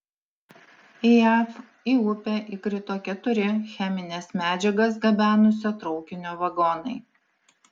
jav į upę įkrito keturi chemines medžiagas gabenusio traukinio vagonai